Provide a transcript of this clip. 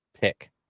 pick